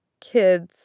kids